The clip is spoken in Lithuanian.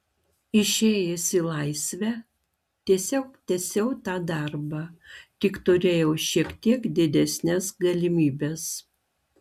išėjęs į laisvę tiesiog tęsiau tą darbą tik turėjau šiek tiek didesnes galimybes